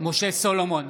משה סולומון,